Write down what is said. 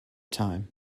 time